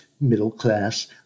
middle-class